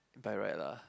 if I write lah